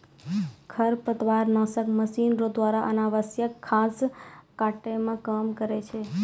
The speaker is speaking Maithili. खरपतवार नासक मशीन रो द्वारा अनावश्यक घास काटै मे काम करै छै